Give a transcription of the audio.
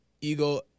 ego